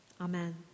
Amen